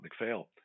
McPhail